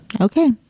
Okay